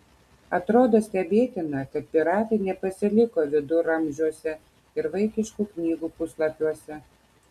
atrodo stebėtina kad piratai nepasiliko viduramžiuose ir vaikiškų knygų puslapiuose